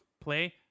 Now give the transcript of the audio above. play